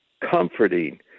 comforting